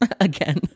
Again